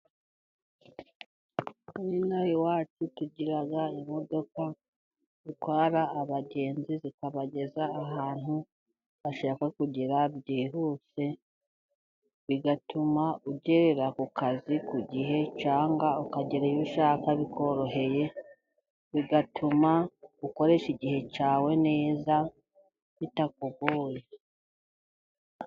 Ino aha iwacu, tugira imodoka zitwara abagenzi zikabageza ahantu bashaka kugera byihuse, bigatuma ugerera ku kazi ku gihe cyangwa ukagera iyo ushaka bikoroheye, bigatuma ukoresha igihe cyawe neza bitakugoye.